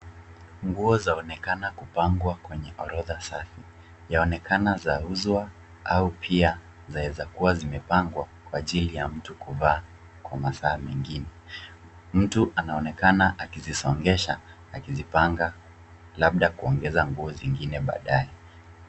Nguo zaonekana kupangwa kwenye orodha safi, yaonekana zauzwa, au pia zaeza kuwa zimepangwa, kwa ajili ya mtu kuvaa, kwa masaa mengine. Mtu anaonekana akizisongesha, akizipanga labda kuongeza nguo zingine baadaye.